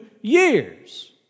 years